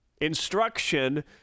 Instruction